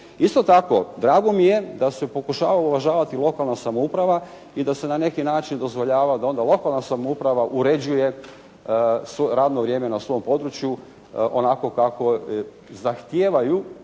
Isto tako drago mi je da se pokušava uvažavati lokalna samouprava i da se na neki način dozvoljava da onda lokalna samouprava uređuje radno vrijeme na svom području onako kako zahtijevaju